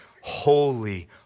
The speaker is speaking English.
Holy